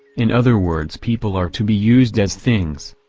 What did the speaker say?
in other words people are to be used as things.